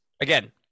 Again